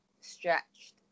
stretched